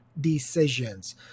decisions